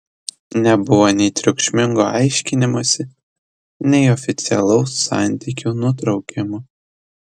nebuvo nei triukšmingo aiškinimosi nei oficialaus santykių nutraukimo